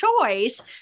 choice